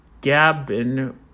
Gabin